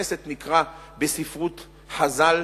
בית-הכנסת נקרא בספרות חז"ל